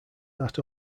that